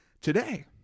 today